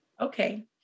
Okay